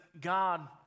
God